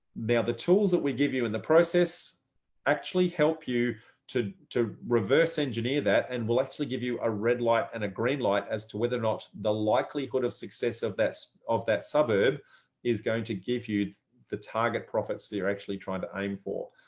they are the tools that we give you in the process actually help you to to reverse engineer that and will actually give you a red light and a green light as to whether or not the likelihood of success of that of that suburb is going to give you the target profits that you're actually trying to aim for.